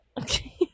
Okay